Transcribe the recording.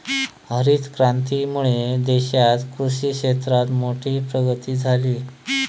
हरीत क्रांतीमुळे देशात कृषि क्षेत्रात मोठी प्रगती झाली